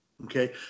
Okay